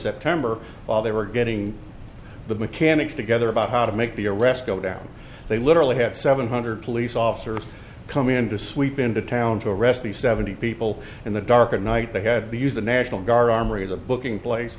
september while they were getting the mechanics together about how to make the arrest go down they literally had seven hundred police officers come in to sweep into town to arrest the seventy people in the dark at night they had to use the national guard armory as a booking place